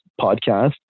podcast